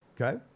Okay